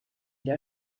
der